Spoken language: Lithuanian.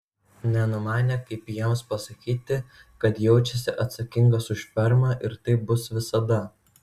nenumanė kaip jiems pasakyti kad jaučiasi atsakingas už fermą ir taip bus visada